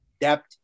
depth